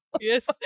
Yes